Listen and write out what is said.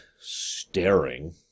staring